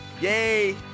Yay